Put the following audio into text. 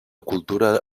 cultura